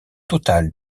total